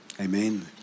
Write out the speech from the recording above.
amen